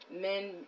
men